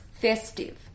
festive